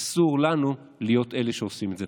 אסור לנו להיות אלה שעושים את זה.